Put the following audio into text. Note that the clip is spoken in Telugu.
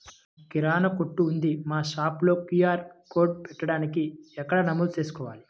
మాకు కిరాణా కొట్టు ఉంది మా షాప్లో క్యూ.ఆర్ కోడ్ పెట్టడానికి ఎక్కడ నమోదు చేసుకోవాలీ?